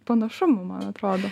panašumų man atrodo